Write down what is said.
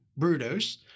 Brudos